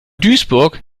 duisburg